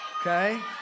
Okay